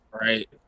right